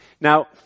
Now